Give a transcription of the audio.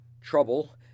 trouble